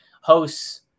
hosts